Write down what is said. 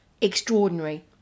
extraordinary